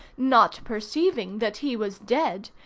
not perceiving that he was dead,